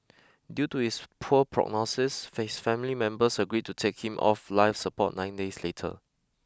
due to his poor prognosis face family members agreed to take him off life support nine days later